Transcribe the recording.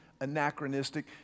anachronistic